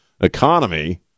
economy